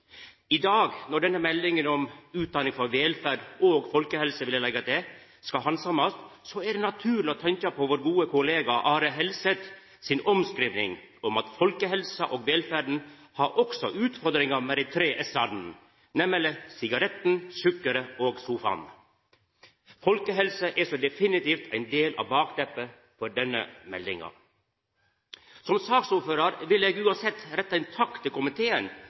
I dag, når denne meldinga om utdanning for velferd og folkehelse – vil eg leggja til – skal handsamast, er det naturleg å tenkja på vår gode kollega Are Helseth si omskriving, at folkehelsa og velferda òg har utfordringar med dei tre S-ane, nemleg sigaretten, sukkeret og sofaen. Folkehelsa er så definitivt ein del av bakteppet for denne meldinga. Som saksordførar vil eg uansett retta ein takk til komiteen